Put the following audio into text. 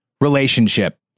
relationship